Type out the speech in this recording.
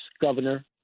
Governor